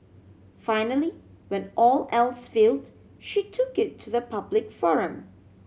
finally when all else failed she took it to the public forum